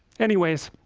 anyways